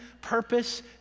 purpose